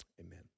amen